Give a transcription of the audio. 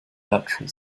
natural